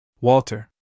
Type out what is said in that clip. Walter